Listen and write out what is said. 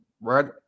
right